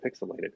pixelated